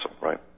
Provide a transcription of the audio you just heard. right